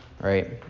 right